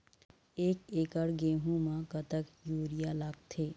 एक एकड़ गेहूं म कतक यूरिया लागथे?